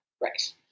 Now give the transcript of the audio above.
Right